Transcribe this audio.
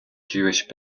jewish